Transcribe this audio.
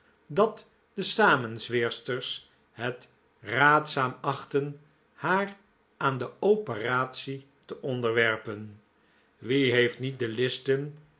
dat de samenzweersters het raadzaam achtten haar aan de operatic te onderwerpen wie heeft niet de listen